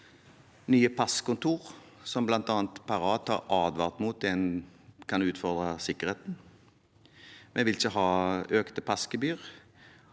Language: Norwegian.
nye passkontor, som bl.a. Parat har advart om kan utfordre sikkerheten. Vi vil ikke ha økte passgebyr,